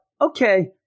okay